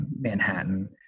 Manhattan